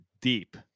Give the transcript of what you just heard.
deep